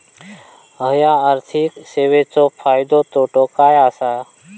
हया आर्थिक सेवेंचो फायदो तोटो काय आसा?